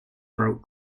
throat